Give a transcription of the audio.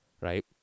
Right